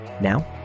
now